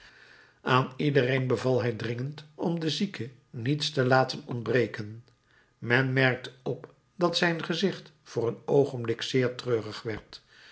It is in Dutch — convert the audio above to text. aan iedereen beval hij dringend om de zieke niets te laten ontbreken men merkte op dat zijn gezicht voor een oogenblik zeer treurig werd